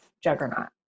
juggernaut